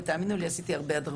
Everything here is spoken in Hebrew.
ותאמינו לי עשיתי הרבה הדרכות.